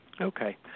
Okay